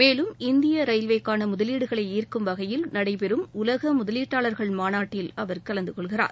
மேலும் இந்திய ரயில்வேயின் முதலீகளை ஈர்க்கும் வகையில் நடைபெறும் உலக முதலீட்டாளர்கள் மாநாட்டில் கலந்து கொள்கிறார்